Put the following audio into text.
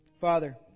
Father